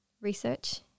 research